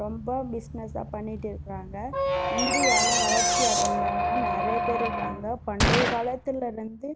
ரொம்ப பிஸ்னஸ்ஸாக பண்ணிகிட்டு இருக்குறாங்க முந்திரியால் வளர்ச்சியடைந்தவுங்க நிறைய பேர் இருக்காங்க பண்டைய காலத்துலருந்து